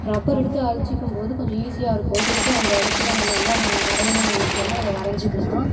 rubber எடுத்து அழிச்சுக்கும் போது கொஞ்சம் ஈஸியாக இருக்கும் திருப்பியும் அந்த இடத்துல நம்ம என்னென்ன வரையணும்னு நினைக்குறோமோ அதை வரைஞ்சிக்கிலாம்